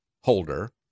Holder